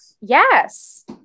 Yes